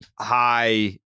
high